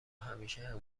همیشه